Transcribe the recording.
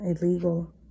illegal